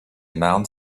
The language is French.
marne